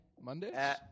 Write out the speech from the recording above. Monday